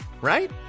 right